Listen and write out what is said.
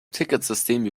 ticketsystem